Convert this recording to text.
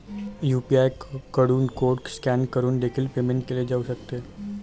UPI कडून code scan करून देखील पेमेंट केले जाऊ शकते